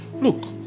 Look